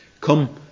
Come